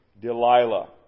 Delilah